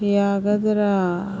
ꯌꯥꯒꯗ꯭ꯔꯥ